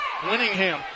Winningham